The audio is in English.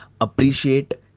appreciate